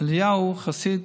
אליהו חסיד